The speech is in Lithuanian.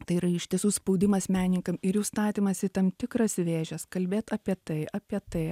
tai yra iš tiesų spaudimas menininkam ir jų statymas į tam tikras vėžes kalbėt apie tai apie tai